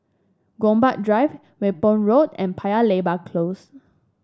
Gombak Drive Whampoa Road and Paya Lebar Close